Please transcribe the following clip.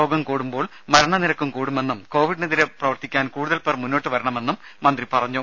രോഗം കൂടുമ്പോൾ മരണ നിരക്ക് കൂടുമെന്നും കോവിഡിനെതിരെ പ്രവർത്തിക്കാൻ കൂടുതൽ പേർ മുന്നോട്ടു വരണമെന്നും മന്ത്രി പറഞ്ഞു